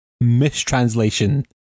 mistranslation